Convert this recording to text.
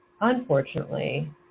unfortunately